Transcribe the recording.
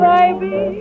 Baby